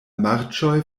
marĉoj